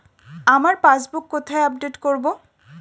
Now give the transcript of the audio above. আমার পাসবুক কোথায় আপডেট করব?